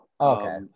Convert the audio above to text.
Okay